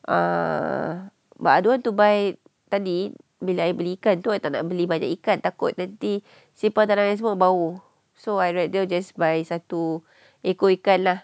uh but I don't want to buy tadi bila I beli ikan tu I tak nak beli banyak ikan takut nanti simpan dalam ice box bau so I rather just buy satu ekor ikan lah